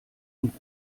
und